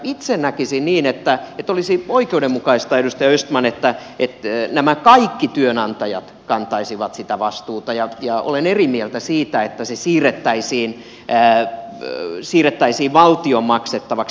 itse näkisin niin että olisi oikeudenmukaista edustaja östman että nämä kaikki työnantajat kantaisivat sitä vastuuta ja olen eri mieltä siitä että se siirrettäisiin valtion maksettavaksi